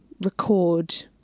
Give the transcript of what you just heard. record